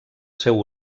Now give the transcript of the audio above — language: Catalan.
seu